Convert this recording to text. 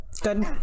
good